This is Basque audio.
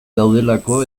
daudelako